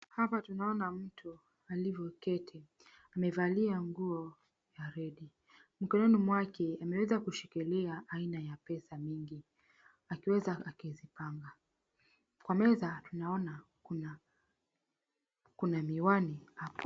Hapa tunaona mtu alivyoketi. Amevalia nguo ya redi. Mkononi mwake ameweza kushikilia aina ya pesa mingi akiweza akizipanga. Kwa meza tunaona kuna kuna miwani hapo.